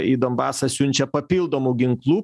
į donbasą siunčia papildomų ginklų